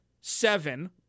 seven